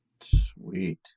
Sweet